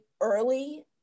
early